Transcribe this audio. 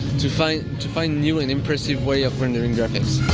to find to find new and impressive way of rendering graphics.